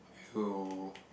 will